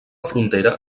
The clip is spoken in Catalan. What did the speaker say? frontera